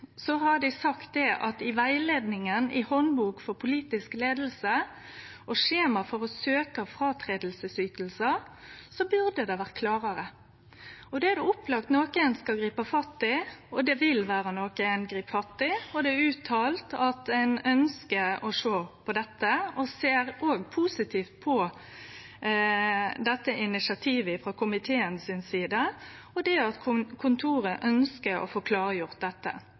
har dei sagt at dette burde ha vore klarare i rettleiinga i handboka for politisk leiing og i skjemaet for å søkje om fråtredingsytingar. Det er det opplagt at nokon skal gripe fatt i, og det vil vere noko ein grip fatt i, og det er uttala frå statsministerens kontor at ein ønskjer å sjå på dette. Vi ser positivt på initiativet frå komiteen si side, at kontoret ønskjer å få klargjort dette.